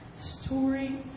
story